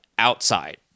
outside